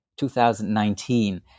2019